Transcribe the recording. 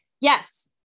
Yes